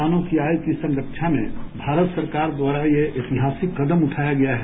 किसानों की आय की संरक्षा में भारत सरकार द्वारा यह ऐतिहासिक कदम उठाया गया है